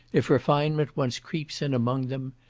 if refinement once creeps in among them,